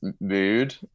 mood